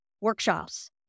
workshops